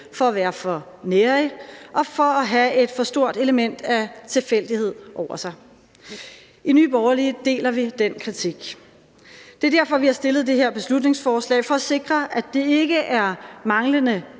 for at være for nærig og for at have et for stort element af tilfældighed over sig. I Nye Borgerlige deler vi den kritik. Det er derfor, vi har stillet det her beslutningsforslag, altså for at sikre, at det ikke er manglende